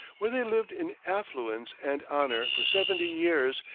where they lived in affluence and honor for seventy years,